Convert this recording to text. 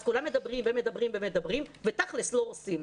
אז כולם מדברים ומדברים ומדברים ותכלס לא עושים.